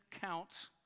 counts